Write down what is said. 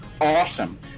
awesome